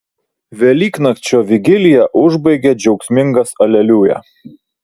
velyknakčio vigiliją užbaigia džiaugsmingas aleliuja